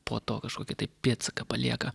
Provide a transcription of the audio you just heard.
po to kažkokį pėdsaką palieka